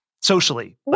socially